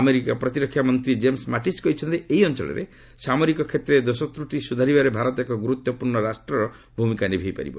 America ପ୍ରତିରକ୍ଷା ମନ୍ତ୍ରୀ James Mattis କହିଛନ୍ତି ଏହି ଅଞ୍ଚଳରେ ସାମରିକ କ୍ଷେତ୍ରରେ ଦୋଷତ୍ରଟି ସୁଧାରିବାରେ ଭାରତ ଏକ ଗୁରୁତ୍ୱପୂର୍ଣ୍ଣ ରାଷ୍ଟ୍ରର ଭୂମିକା ନିଭାଇ ପାରିବ